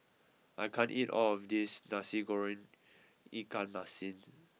I can't eat all of this Nasi Goreng Ikan Masin